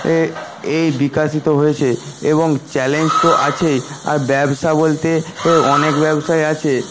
এ এই বিকাশিত হয়েছে এবং চ্যালেঞ্জ তো আছেই আর ব্যবসা বলতে অনেক ব্যবসাই আছে